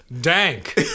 Dank